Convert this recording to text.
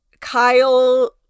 Kyle